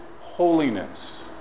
holiness